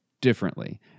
differently